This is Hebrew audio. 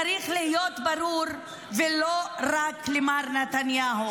צריך להיות ברור, ולא רק למר נתניהו,